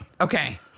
okay